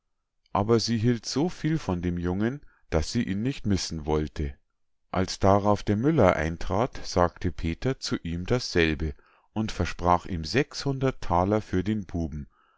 aber sie hielt so viel von dem jungen daß sie ihn nicht missen wollte als darauf der müller eintrat sagte peter zu ihm dasselbe und versprach ihm sechshundert thaler für den buben